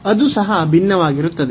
ಅದು ಸಹ ಭಿನ್ನವಾಗಿರುತ್ತದೆ